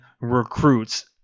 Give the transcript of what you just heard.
recruits